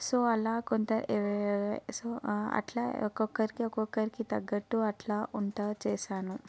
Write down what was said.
so అలా కొంత so అట్లా ఒక్కొక్కరికి ఒక్కొక్కరికి తగ్గట్లు అట్లా ఉంటూ చేస్తాను